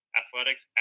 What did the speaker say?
athletics